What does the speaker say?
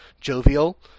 jovial